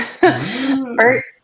Bert